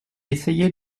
essayé